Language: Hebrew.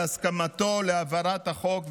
על הסכמתו להעברת החוק,